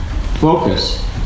focus